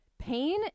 Pain